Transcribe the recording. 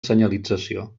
senyalització